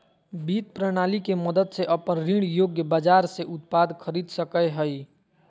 वित्त प्रणाली के मदद से अपन ऋण योग्य बाजार से उत्पाद खरीद सकेय हइ